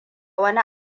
wani